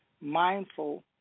mindful